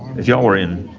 if y'all were in